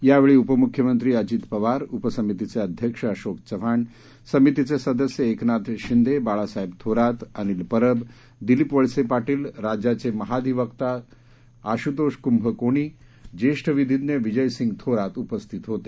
यावेळी उपमुख्यमंत्री अजित पवार उपसमितीचे अध्यक्ष अशोक चव्हाण समितीचे सदस्य एकनाथ शिंदे बाळासाहेब थोरात अनिल परब दिलीप वळसे पाटील राज्याचे महाधिवक्ता आशुतोष कुंभकोणी ज्येष्ठ विधिज्ञ विजयसिंग थोरात उपस्थित होते